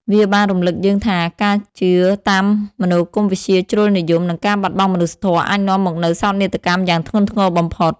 វាបានរំឭកយើងថា ការជឿតាមមនោគមវិជ្ជាជ្រុលនិយម និងការបាត់បង់មនុស្សធម៌អាចនាំមកនូវសោកនាដកម្មយ៉ាងធ្ងន់ធ្ងរបំផុត។